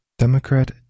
Democrat